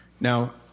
Now